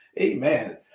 Amen